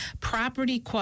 property